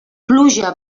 pluja